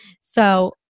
So-